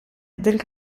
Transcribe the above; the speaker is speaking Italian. del